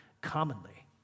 commonly